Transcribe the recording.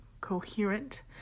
coherent